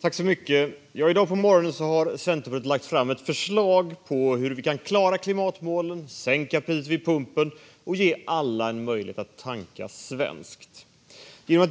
Fru talman! I dag på morgonen har Centerpartiet lagt fram ett förslag på hur man kan klara klimatmålen, sänka priset vid pumpen och ge alla en möjlighet att tanka svenskt. Om